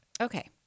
Okay